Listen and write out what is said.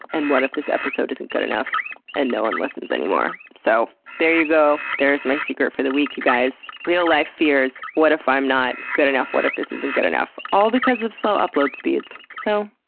and what if this episode isn't good enough and no one listens anymore? so, there you go. there's my secret for the week, you guys. real life fears. what if i'm not good enough? what if this isn't good enough? all because of slow upload speeds. so,